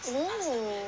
oh